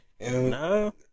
No